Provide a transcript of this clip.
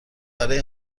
برای